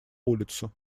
улицу